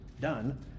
done